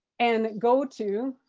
and go to